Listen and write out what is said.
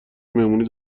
مهمونی